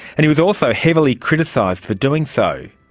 and he was also heavily criticised for doing so.